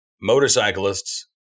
motorcyclists